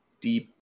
deep